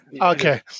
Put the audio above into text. Okay